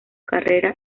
carrera